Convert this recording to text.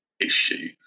issue